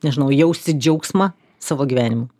nežinau jausti džiaugsmą savo gyvenimu